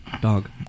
dog